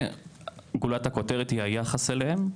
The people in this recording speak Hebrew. וגולת הכותרת היא היחס אליהם.